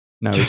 No